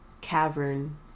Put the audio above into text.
cavern